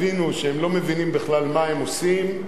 הבינו שהם לא מבינים בכלל מה הם עושים,